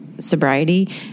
Sobriety